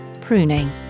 Pruning